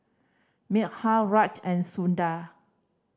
Milkha Raj and Sundar